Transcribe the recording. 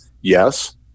yes